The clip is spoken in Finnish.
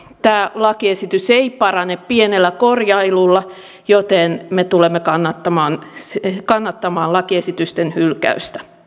tämä lakiesitys ei parane pienellä korjailulla joten me tulemme kannattamaan lakiesitysten hylkäystä